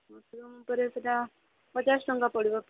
mushroom ଉପରେ ସେଇଟା ପଚାଶ ଟଙ୍କା ପଡ଼ିବ ପ୍ଲେଟ୍